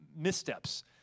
missteps